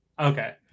Okay